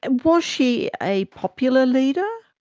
and was she a popular leader?